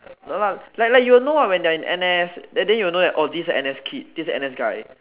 like like like you will know they are in N_S then you will know that this is a N_S kid this a N_S guy